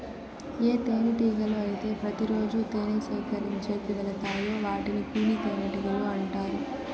ఏ తేనెటీగలు అయితే ప్రతి రోజు తేనె సేకరించేకి వెలతాయో వాటిని కూలి తేనెటీగలు అంటారు